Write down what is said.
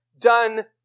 done